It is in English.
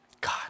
God